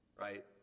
right